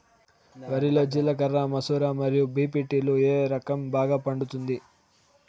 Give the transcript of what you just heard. వరి లో జిలకర మసూర మరియు బీ.పీ.టీ లు ఏ రకం బాగా పండుతుంది